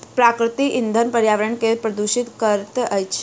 प्राकृतिक इंधन पर्यावरण के प्रदुषित करैत अछि